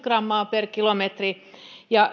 grammaa per kilometri ja